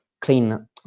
clean